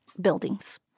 buildings